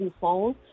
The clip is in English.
phones